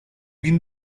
bin